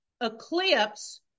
eclipse